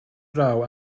draw